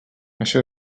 això